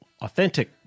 authentic